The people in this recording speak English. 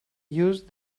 use